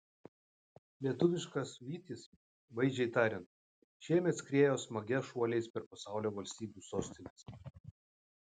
lietuviškas vytis vaizdžiai tariant šiemet skriejo smagia šuoliais per pasaulio valstybių sostines